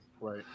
Right